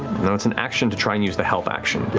no, it's an action to try and use the help action. but